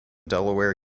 delaware